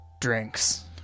drinks